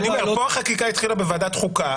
אני אומר - פה החקיקה התחילה בוועדת חוקה,